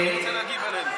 אני רוצה להגיב עליהם.